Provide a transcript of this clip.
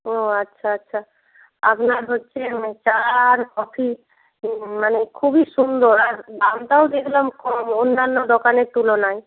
ও আচ্ছা আচ্ছা আপনার হচ্ছে চা আর কফি মানে খুবই সুন্দর আর দামটাও দেখলাম কম অন্যান্য দোকানের তুলনায়